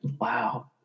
Wow